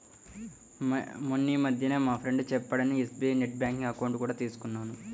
మొన్నీమధ్యనే మా ఫ్రెండు చెప్పాడని ఎస్.బీ.ఐ నెట్ బ్యాంకింగ్ అకౌంట్ కూడా తీసుకున్నాను